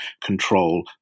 control